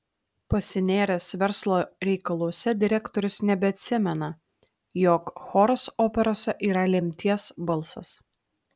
pasinėręs verslo reikaluose direktorius nebeatsimena jog choras operose yra lemties balsas